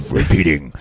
repeating